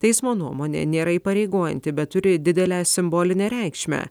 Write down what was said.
teismo nuomonė nėra įpareigojanti bet turi didelę simbolinę reikšmę